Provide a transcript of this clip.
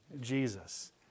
Jesus